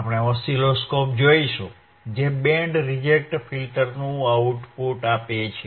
આપણે ઓસિલોસ્કોપ જોઈશું જે બેન્ડ રિજેક્ટ ફિલ્ટરનું આઉટપુટ છે